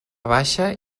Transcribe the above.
baixa